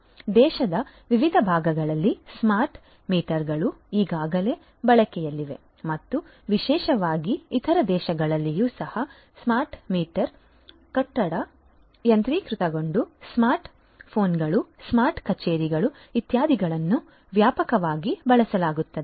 ಆದ್ದರಿಂದ ದೇಶದ ವಿವಿಧ ಭಾಗಗಳಲ್ಲಿ ಸ್ಮಾರ್ಟ್ ಮೀಟರ್ಗಳು ಈಗಾಗಲೇ ಬಳಕೆಯಲ್ಲಿವೆ ಮತ್ತು ವಿಶೇಷವಾಗಿ ಇತರ ದೇಶಗಳಲ್ಲಿಯೂ ಸಹ ಸ್ಮಾರ್ಟ್ ಮೀಟರ್ಗಳು ಕಟ್ಟಡ ಯಾಂತ್ರೀಕೃತಗೊಂಡ ಸ್ಮಾರ್ಟ್ ಫೋನ್ಗಳು ಸ್ಮಾರ್ಟ್ ಕಚೇರಿಗಳು ಇತ್ಯಾದಿಗಳನ್ನು ವ್ಯಾಪಕವಾಗಿ ಬಳಸಲಾಗುತ್ತದೆ